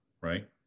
right